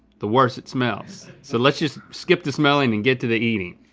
the worse it smells. so let's just skip the smelling and get to the eating.